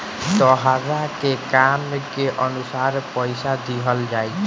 तहरा के काम के अनुसार पइसा दिहल जाइ